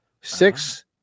Six